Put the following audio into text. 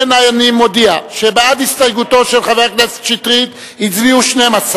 החלטת ועדת הכספים בדבר אישור הוראות בצו תעריף